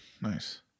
Nice